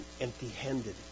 empty-handed